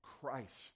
Christ